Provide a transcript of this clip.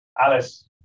Alice